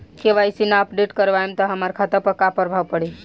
KYC ना update करवाएम त हमार खाता पर का प्रभाव पड़ी?